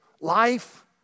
life